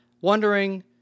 wondering